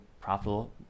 profitable